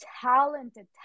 talented